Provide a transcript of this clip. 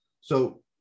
So-